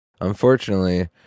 Unfortunately